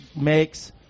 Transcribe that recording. makes